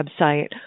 website